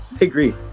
agree